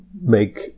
make